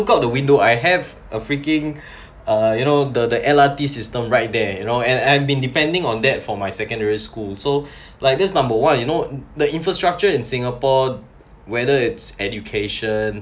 forgot the window I have a freaking uh you know the the LRT system right there you know and I've been depending on that for my secondary school so like this number one you know the infrastructure in singapore whether it's education